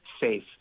safe